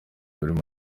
barimo